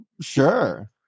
Sure